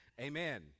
Amen